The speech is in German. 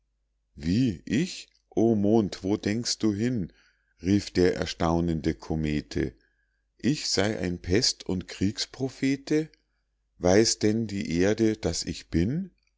wie ich o mond wo denkst du hin rief der erstaunende comete ich sey ein pest und kriegsprophete weiß denn die erde daß ich bin